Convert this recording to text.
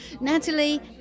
Natalie